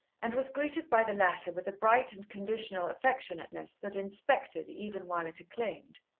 and was greeted by the latter with a bright and conditional affectionateness that inspected even while it acclaimed.